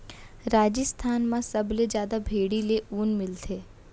राजिस्थान म सबले जादा भेड़ी ले ऊन मिलथे